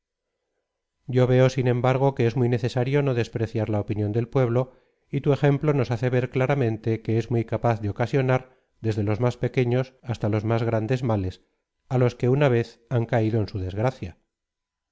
yo veo sin embargo que es muy necesario no despreciar la opinión del pueblo y tu ejemplo nos hace ver claramente que es muy capaz de ocasionar desde los más pequeños hasta los más grandes males á los que una vez han caido en su desgracia